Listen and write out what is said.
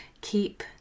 keep